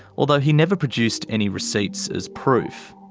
although he never produced any receipts as proof.